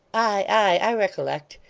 i recollect.